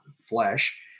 flesh